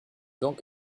donc